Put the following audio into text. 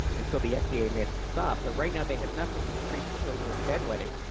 until they yeah fda made them stop. but right now they have nothing to treat children with bed wetting,